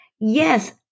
Yes